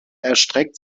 erstreckt